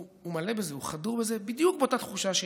הוא מלא בזה, הוא חדור בזה בדיוק באותה תחושה שלי.